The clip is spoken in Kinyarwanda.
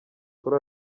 kuri